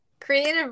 Creative